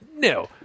No